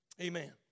Amen